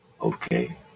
Okay